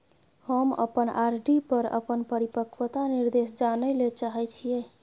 हम अपन आर.डी पर अपन परिपक्वता निर्देश जानय ले चाहय छियै